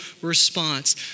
response